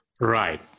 Right